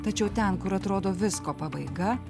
tačiau ten kur atrodo visko pabaiga